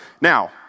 Now